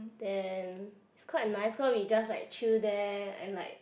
then it's quite nice cause we just like chill there and like